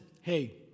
Hey